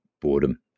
boredom